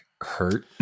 hurt